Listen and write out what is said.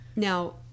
Now